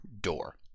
door